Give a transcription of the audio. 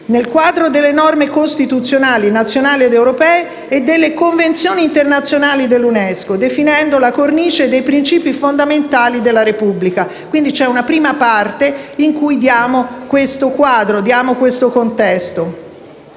nel quadro delle norme costituzionali nazionali ed europee e delle convenzioni internazionali dell'Unesco, definendo la cornice dei principi fondamentali della Repubblica. C'è quindi una prima parte in cui viene dato questo quadro di contesto